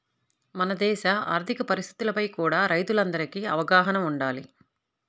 మన దేశ ఆర్ధిక పరిస్థితులపై కూడా రైతులందరికీ అవగాహన వుండాలి